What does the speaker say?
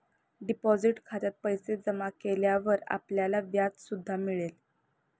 deposit खात्यात पैसे जमा केल्यावर आपल्याला व्याज सुद्धा मिळेल